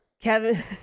Kevin